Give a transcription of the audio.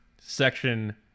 section